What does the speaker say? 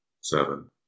seven